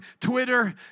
Twitter